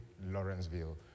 Lawrenceville